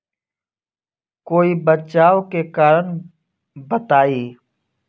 कोई बचाव के कारण बताई?